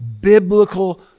biblical